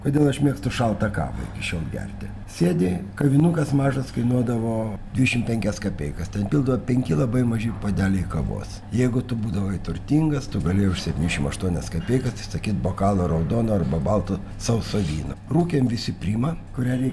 kodėl aš mėgstu šaltą kavą iki šiol gerti sėdi kavinukas mažas kainuodavo dvidešim penkias kapeikas ten tilpdavo penki labai maži puodeliai kavos jeigu tu būdavai turtingas tu galėjai už septyniasdešimt aštuonias kapeikas užsisakyt bokalą raudono arba balto sauso vyno rūkėm visi primą kurią reikėdavo